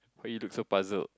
why you look so puzzled